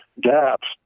gaps